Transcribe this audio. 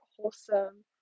wholesome